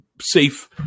safe